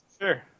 sure